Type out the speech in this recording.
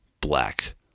black